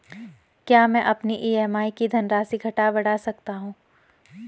क्या मैं अपनी ई.एम.आई की धनराशि घटा बढ़ा सकता हूँ?